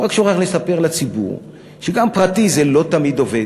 הוא רק שוכח לספר לציבור שגם פרטי זה לא תמיד עובד.